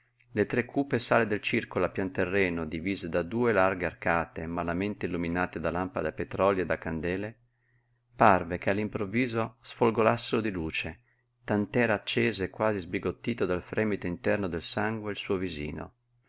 le tre cupe sale del circolo a pianterreno divise da due larghe arcate malamente illuminate da lampade a petrolio e da candele parve che all'improvviso sfolgorassero di luce tant'era acceso e quasi sbigottito dal fremito interno del sangue il suo visino